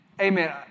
Amen